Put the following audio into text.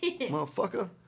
Motherfucker